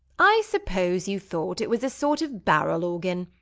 i suppose you thought it was a sort of barrel-organ.